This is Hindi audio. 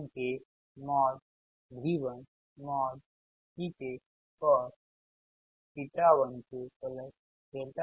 P1k 1nY1kV1Vkcos1kk 1